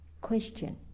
question